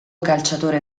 calciatore